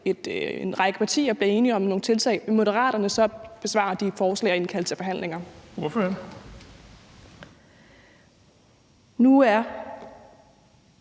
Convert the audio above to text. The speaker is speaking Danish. en række partier bliver enige om nogle tiltag, vil Moderaterne så besvare de forslag og indkalde til forhandlinger? Kl. 15:10 Den